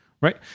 right